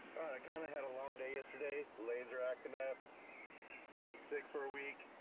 i kind of had a long day yesterday the lasers are acting up i've been sick for a week.